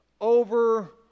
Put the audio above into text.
over